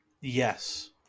Yes